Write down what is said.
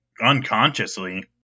unconsciously